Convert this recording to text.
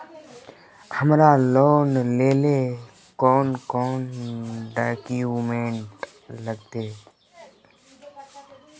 हमरा लोन लेले कौन कौन डॉक्यूमेंट लगते?